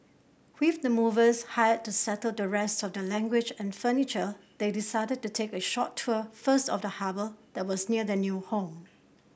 with the movers hired to settle the rest of their language and furniture they decided to take a short tour first of the harbour that was near their new home